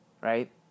right